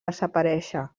desaparèixer